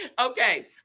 Okay